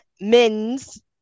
men's